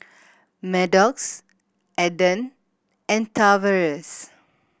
Maddox Adan and Tavares